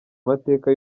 amateka